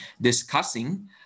discussing